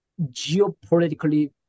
geopolitically